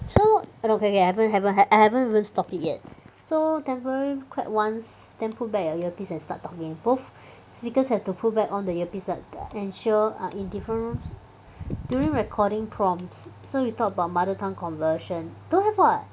so okay okay okay I haven't haven't I haven't even stop it yet so temporary clap once then put back your earpiece and start talking both speakers have to put back on the earpiece but ensure are in different rooms during recording prompts so we talk about mother tongue conversion don't have [what]